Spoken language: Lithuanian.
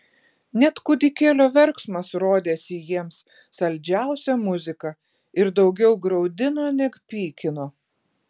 net kūdikėlio verksmas rodėsi jiems saldžiausia muzika ir daugiau graudino neg pykino